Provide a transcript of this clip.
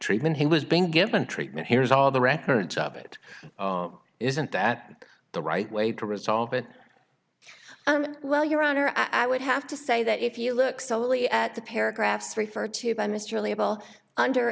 treatment he was being given treatment here's all the records of it isn't that the right way to resolve it and well your honor i would have to say that if you look solely at the paragraphs referred to by mr label under